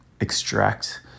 extract